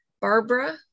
Barbara